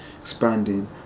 expanding